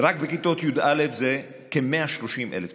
רק בכיתות י"א זה כ-130,000 תלמידים.